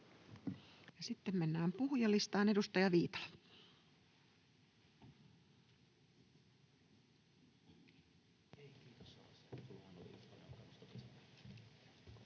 Sitten mennään puhujalistaan. — Edustaja Viitala.